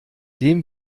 dem